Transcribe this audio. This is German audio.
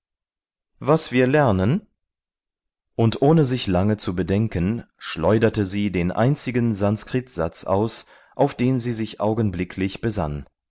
was wir lernen und ohne sich lange zu bedenken schleuderte sie den einzigen sanskritsatz aus auf den sie sich augenblicklich besann